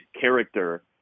character